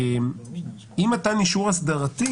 אי מתן אישור אסדרתי